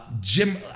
Jim